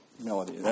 melody